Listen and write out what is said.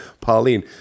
Pauline